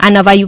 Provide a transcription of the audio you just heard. આ નવા યુ